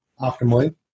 optimally